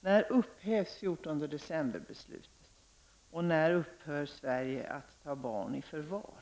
När upphävs 14 december-beslutet? Och när upphör Sverige att ta barn i förvar?